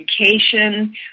education